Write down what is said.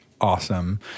awesome